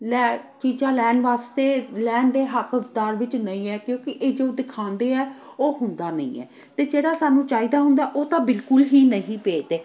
ਲੈ ਚੀਜ਼ਾਂ ਲੈਣ ਵਾਸਤੇ ਲੈਣ ਦੇ ਹੱਕਦਾਰ ਵਿੱਚ ਨਹੀਂ ਹੈ ਕਿਉਂਕਿ ਇਹ ਜੋ ਦਿਖਾਉਂਦੇ ਆ ਉਹ ਹੁੰਦਾ ਨਹੀਂ ਹੈ ਅਤੇ ਜਿਹੜਾ ਸਾਨੂੰ ਚਾਹੀਦਾ ਹੁੰਦਾ ਉਹ ਤਾਂ ਬਿਲਕੁਲ ਹੀ ਨਹੀਂ ਭੇਜਦੇ